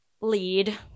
lead